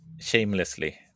shamelessly